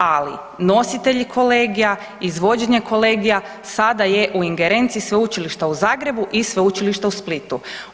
Ali nositelji kolegija, izvođenje kolegija sada je u ingerenciji Sveučilišta u Zagrebu i Sveučilišta u Splitu.